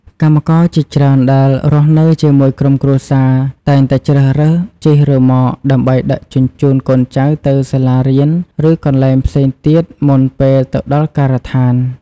កម្មករជាច្រើនដែលរស់នៅជាមួយក្រុមគ្រួសារតែងតែជ្រើសរើសជិះរ៉ឺម៉ក ដើម្បីដឹកជញ្ជូនកូនចៅទៅសាលារៀនឬកន្លែងផ្សេងទៀតមុនពេលទៅដល់ការដ្ឋាន។